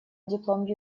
диплом